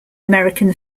american